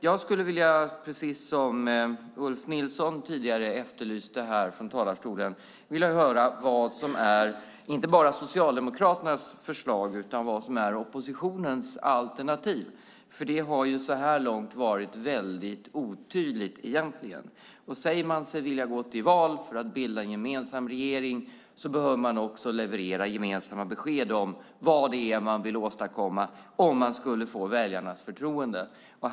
Jag skulle vilja, precis som Ulf Nilsson tidigare efterlyste från talarstolen, höra inte bara vad som är Socialdemokraternas förslag utan också vad som är oppositionens alternativ. Det har så här långt varit väldigt otydligt. Om man säger sig vilja gå till val för att bilda en gemensam regering behöver man också leverera gemensamma besked om vad det är man vill åstadkomma om man skulle få väljarnas förtroende.